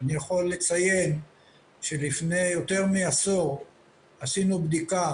אני יכול לציין שלפני יותר מעשור עשינו בדיקה